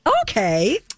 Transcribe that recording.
Okay